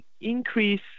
increase